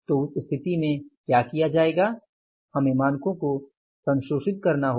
तो उस स्थिति में क्या किया जाएगा हमें मानकों को संशोधित करना होगा